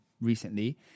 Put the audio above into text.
recently